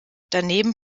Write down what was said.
daneben